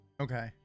Okay